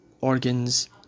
organs